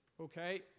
Okay